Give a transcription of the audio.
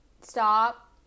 stop